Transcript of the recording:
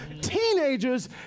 Teenagers